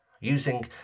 Using